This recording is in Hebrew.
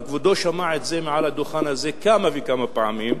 וכבודו שמע את זה מעל הדוכן הזה כמה וכמה פעמים,